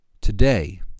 today